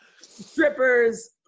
strippers